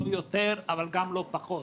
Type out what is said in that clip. לא יותר אבל גם לא פחות.